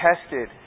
tested